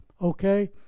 okay